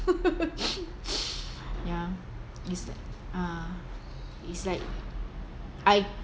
ya it's uh it's like I